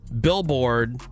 Billboard